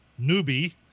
newbie